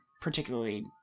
particularly